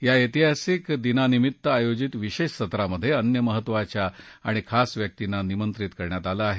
या ऐतिहासिक दिनानिमित्त आयोजित विशेष सत्रात त्रिर महत्त्वाच्या आणि खास व्यक्तींना निमंत्रित करण्यात आलं आहे